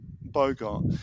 Bogart